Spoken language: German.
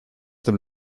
dem